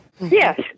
Yes